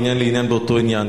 מעניין לעניין באותו עניין.